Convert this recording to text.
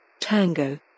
tango